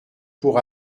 pour